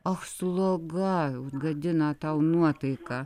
ach sloga gadino tau nuotaiką